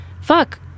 fuck